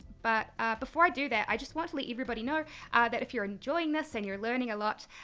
but before i do that, i just want to let everybody know that if you're enjoying this and you're learning a lot,